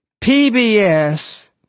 PBS